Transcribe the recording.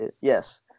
Yes